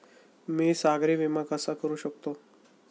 मी सागरी विमा कसा करू शकतो?